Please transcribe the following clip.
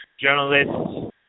journalists